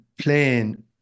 playing